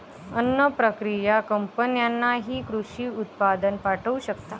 अन्न प्रक्रिया कंपन्यांनाही कृषी उत्पादन पाठवू शकतात